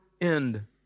end